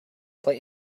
play